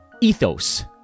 Ethos